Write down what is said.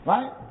Right